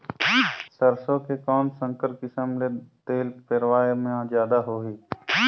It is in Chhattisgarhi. सरसो के कौन संकर किसम मे तेल पेरावाय म जादा होही?